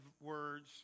words